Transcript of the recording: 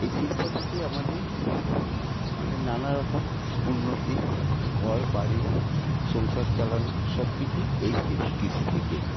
এই শিল্প থেকেই আমাদের মানে নানারকম উন্নতি ঘর বাড়ি সংসার চালানো সব কিছুই এই কৃষি থেকেই